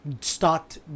start